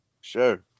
Sure